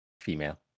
female